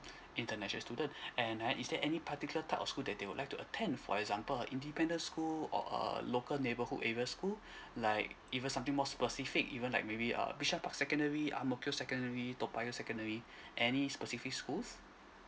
international student and ah is there any particular type of school that they would like to attend for example independent school or a local neighborhood area school like even something more specific even like maybe err bishan park secondary ang mo kio secondary toa payoh secondary any specific schools